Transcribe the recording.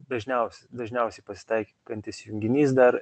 dažniaus dažniausiai pasitaikantis junginys dar